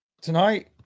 tonight